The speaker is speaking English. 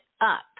up